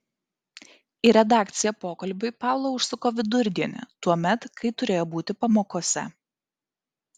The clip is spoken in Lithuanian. į redakciją pokalbiui paula užsuko vidurdienį tuomet kai turėjo būti pamokose